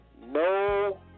No